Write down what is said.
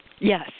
Yes